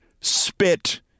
spit